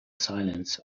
silence